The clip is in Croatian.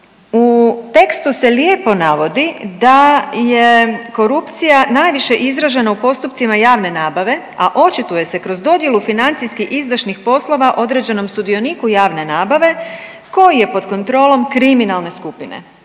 U tekstu se lijepo navodi da je korupcija najviše izražena u postupcima javne nabave, a očituje se kroz dodjelu financijski izdašnih poslova određenom sudioniku javne nabave koji je pod kontrolom kriminalne skupine.